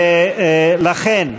לכן,